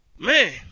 Man